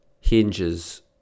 hinges